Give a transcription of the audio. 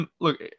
look